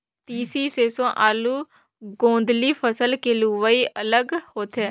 तिसी, सेरसों, आलू, गोदंली फसल के लुवई अलग होथे